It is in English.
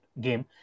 game